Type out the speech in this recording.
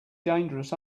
dangerous